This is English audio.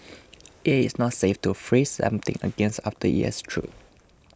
it is not safe to freeze something again after it has thawed